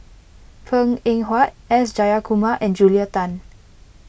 Png Eng Huat S Jayakumar and Julia Tan